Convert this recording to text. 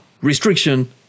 restriction